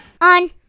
on